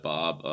Bob